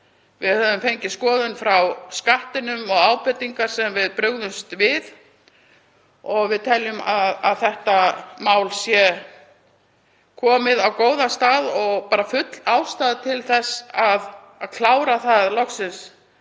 Við höfum fengið skoðun frá Skattinum og ábendingar sem við brugðumst við og við teljum að þetta mál sé komið á góðan stað og full ástæða til þess að klára það loksins